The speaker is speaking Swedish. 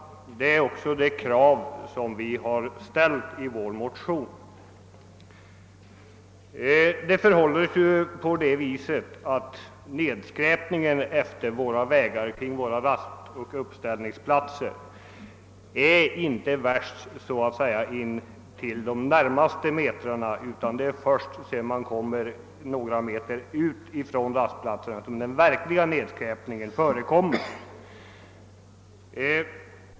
Detta krav har också ställts i motionen. Nedskräpningen efter våra vägar, kring våra rastoch uppställningsplatser är inte värst inom det närmaste området utan en bit från rastplatserna.